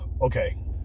Okay